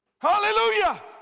Hallelujah